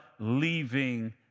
leaving